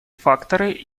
факторы